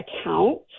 account